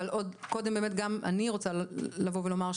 אבל עוד קודם באמת גם אני רוצה לבוא ולומר.